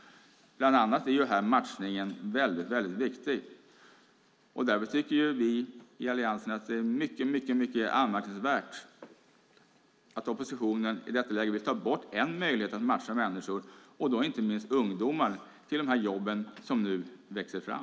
Bland annat är matchningen väldigt viktig. Därför tycker vi i Alliansen att det är mycket anmärkningsvärt att oppositionen i detta läge vill ta bort en möjlighet att matcha människor, och då inte minst ungdomar, till jobben som nu växer fram.